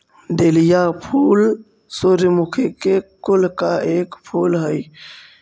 dahlia फूल सूर्यमुखी के कुल का एक फूल हई